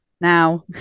Now